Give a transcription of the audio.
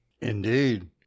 Indeed